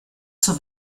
zur